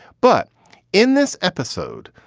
but in this episode,